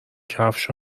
کفش